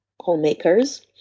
homemakers